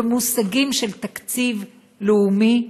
במושגים של תקציב לאומי,